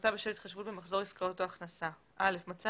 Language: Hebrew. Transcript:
הפחתה בשל התחשבות במחזור עסקאות או הכנסה 7. מצא